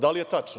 Da li je tačno?